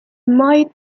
might